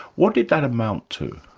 what did that amount to?